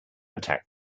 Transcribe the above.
attacked